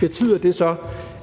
Betyder det så,